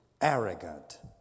arrogant